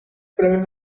premios